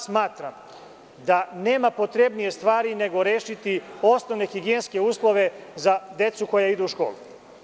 Smatram da nema potrebnije stvari nego rešiti osnovne higijenske uslove za decu koja idu u školu.